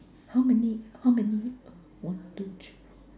how many how many uh one two three four